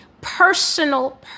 personal